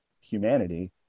humanity